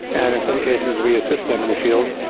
and in some cases we assist them in the field.